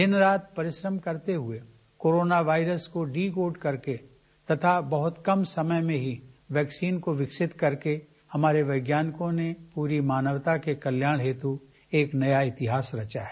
दिनरात परिश्रम करते हुए कोरोना वायरस को डीकोड करके बहुत कम समय में वैक्सीन को विकसित करके हमारे वैज्ञानिकों ने पूरी मानवता के कल्याण के लिये एक नया इतिहास रचा है